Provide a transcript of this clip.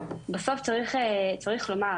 בסוף צריך לומר,